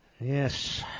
Yes